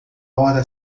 hora